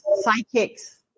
psychics